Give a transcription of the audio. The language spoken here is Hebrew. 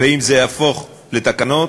ואם זה יהפוך לתקנות,